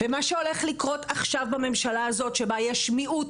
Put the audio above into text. ומה שהולך לקרות עכשיו בממשלה הזאת שבה יש מיעוט